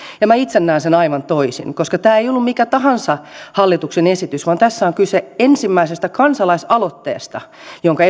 ja minä itse näen sen aivan toisin koska tämä ei ollut mikä tahansa hallituksen esitys vaan tässä on kyse ensimmäisestä kansalaisaloitteesta jonka